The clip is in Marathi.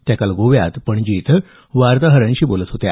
त्या काल गोव्यात पणजी इथं वार्ताहरांशी बोलत होत्या